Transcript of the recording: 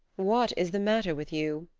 what is the matter with you?